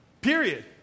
Period